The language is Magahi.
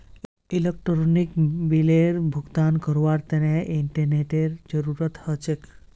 इलेक्ट्रानिक बिलेर भुगतान करवार तने इंटरनेतेर जरूरत ह छेक